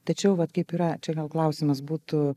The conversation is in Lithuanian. tačiau vat kaip yra čia gal klausimas būtų